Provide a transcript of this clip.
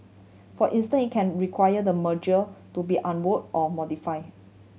for instant it can require the merger to be unwound or modify